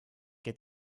get